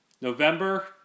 November